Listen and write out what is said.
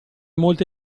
molte